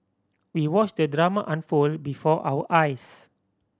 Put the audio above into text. we watched the drama unfold before our eyes